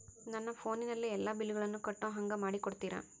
ನನ್ನ ಫೋನಿನಲ್ಲೇ ಎಲ್ಲಾ ಬಿಲ್ಲುಗಳನ್ನೂ ಕಟ್ಟೋ ಹಂಗ ಮಾಡಿಕೊಡ್ತೇರಾ?